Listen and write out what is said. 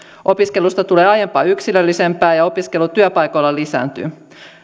opiskelusta tulee aiempaa yksilöllisempää ja opiskelu työpaikoilla lisääntyy